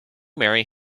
marry